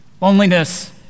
Loneliness